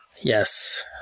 Yes